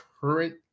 current